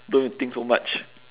don't think so much